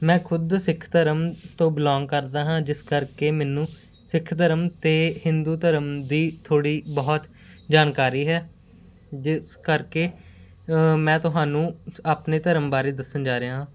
ਮੈਂ ਖੁਦ ਸਿੱਖ ਧਰਮ ਤੋਂ ਬਿਲੋਂਗ ਕਰਦਾ ਹਾਂ ਜਿਸ ਕਰਕੇ ਮੈਨੂੰ ਸਿੱਖ ਧਰਮ ਅਤੇ ਹਿੰਦੂ ਧਰਮ ਦੀ ਥੋੜ੍ਹੀ ਬਹੁਤ ਜਾਣਕਾਰੀ ਹੈ ਜਿਸ ਕਰਕੇ ਮੈਂ ਤੁਹਾਨੂੰ ਆਪਣੇ ਧਰਮ ਬਾਰੇ ਦੱਸਣ ਜਾ ਰਿਹਾ ਹਾਂ